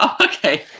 okay